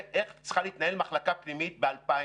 איך צריכה להתנהל מחלקה פנימית ב-2020.